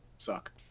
suck